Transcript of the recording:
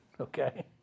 okay